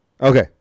Okay